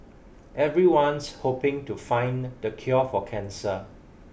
everyone's hoping to find the cure for cancer